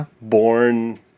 born